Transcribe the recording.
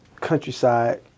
countryside